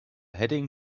heading